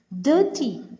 Dirty